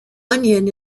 onion